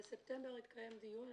בספטמבר התקיים דיון.